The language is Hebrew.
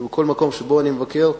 ובכל מקום שבו אני מבקר,